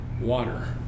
water